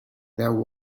there